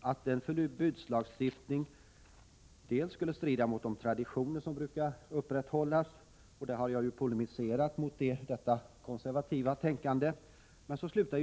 att en förbudslagstiftning skulle strida mot de traditioner som har brukat upprätthållas i vårt land — detta konservativa tänkande har jag polemiserat mot.